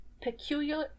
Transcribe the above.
peculiar